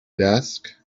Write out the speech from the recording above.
desk